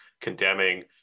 condemning